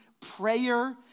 prayer